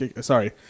sorry